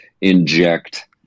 inject